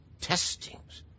testings